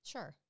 Sure